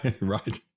Right